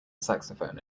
saxophone